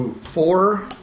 Four